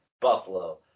Buffalo